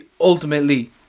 ultimately